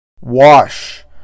Wash